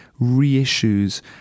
reissues